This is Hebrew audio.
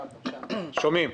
או, שומעים.